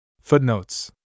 Footnotes